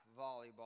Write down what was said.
volleyball